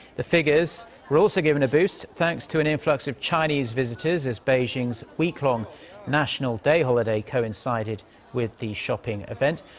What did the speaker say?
the figures were also given a boost thanks to an influx of chinese visitors. as beijing's week-long national day holiday coincided with the shopping event.